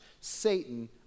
Satan